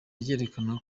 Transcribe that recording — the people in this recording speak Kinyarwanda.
ryerekana